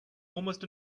almost